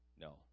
No